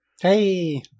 Hey